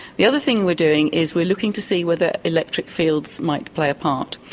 the other thing we're doing is we're looking to see whether electric fields might play a part.